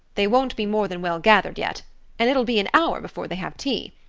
they won't be more than well gathered yet and it'll be an hour before they have tea.